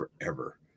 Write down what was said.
forever